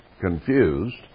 confused